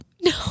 No